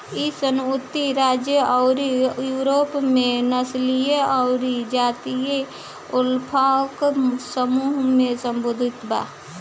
इ संयुक्त राज्य अउरी यूरोप में नस्लीय अउरी जातीय अल्पसंख्यक समूह से सम्बंधित बा